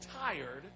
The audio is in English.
tired